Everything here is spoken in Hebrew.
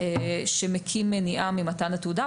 שמקים מניעה ממתן התעודה.